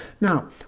Now